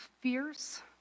fierce